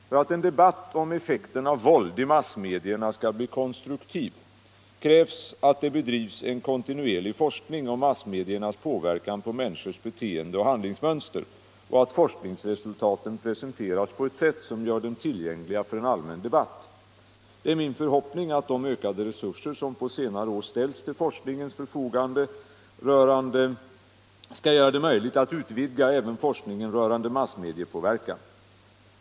För att en debatt om effekten av våld i massmedierna skall bli konstruktiv krävs att det bedrivs en kontinuerlig forskning om massmediernas påverkan på människors beteenden och handlingsmönster samt att forskningsresultaten presenteras på ett sätt som gör dem tillgängliga för en allmän debatt. Det är min förhoppning att de ökade resurser som på senare år ställts till forskningens förfogande skall göra det möjligt att utvidga även forskningen rörande massmediepåverkan.